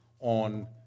on